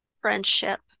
friendship